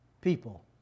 people